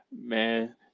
Man